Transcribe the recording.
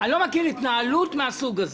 התנהלות מהסוג הזה.